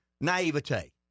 naivete